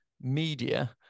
media